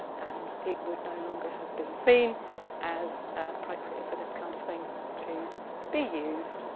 and it would no longer have been seen as appropriate for this kind of thing to be used.